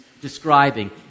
describing